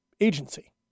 agency